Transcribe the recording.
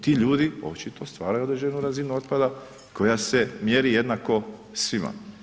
Ti ljudi očito stvaraju određenu razinu otpada koja se mjeri jednako svima.